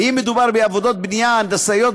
ואם מדובר בעבודות בנייה הנדסאיות,